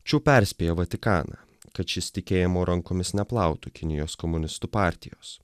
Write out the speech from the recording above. čiu perspėjo vatikaną kad šis tikėjimo rankomis neplautų kinijos komunistų partijos